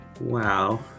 Wow